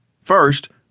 First